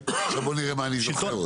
בוא נראה מה אני עוד זוכר.